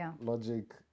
Logic